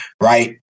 right